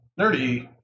nerdy